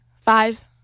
Five